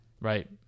right